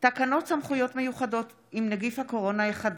מרב מיכאלי,